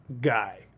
guy